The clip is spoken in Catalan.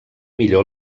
millor